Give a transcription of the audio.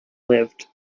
lived